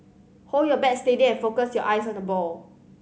hold your bat steady and focus your eyes on the ball